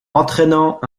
entraînant